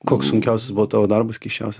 koks sunkiausias buvo tavo darbas keisčiausias